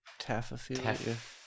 Taphophilia